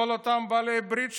כל אותם בעלי הברית שלנו,